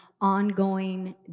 ongoing